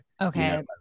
Okay